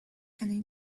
can